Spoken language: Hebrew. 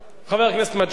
חבר הכנסת מג'אדלה,